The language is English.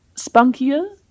spunkier